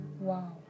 wow